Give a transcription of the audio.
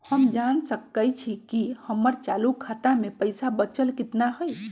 हम जान सकई छी कि हमर चालू खाता में पइसा बचल कितना हई